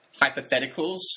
hypotheticals